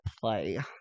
play